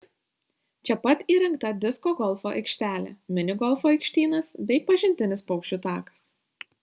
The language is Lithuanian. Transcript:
čia pat įrengta disko golfo aikštelė mini golfo aikštynas bei pažintinis paukščių takas